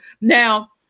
Now